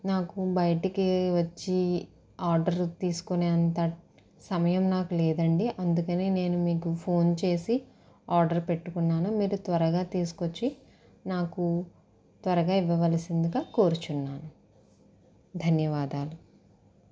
నాకు బయటికి వచ్చి ఆర్డర్ తీసుకునే అంత సమయం నాకు లేదండి అందుకనే నేను మీకు ఫోన్ చేసి ఆర్డర్ పెట్టుకున్నాను మీరు త్వరగా తీసుకొచ్చి నాకు త్వరగా ఇవ్వవలసిందిగా కోరుచున్నాను ధన్యవాదాలు